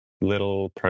little